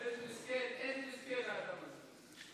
איזה מסכן האדם הזה.